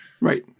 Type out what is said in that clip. Right